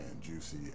juicy